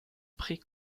pré